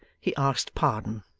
he asked pardon,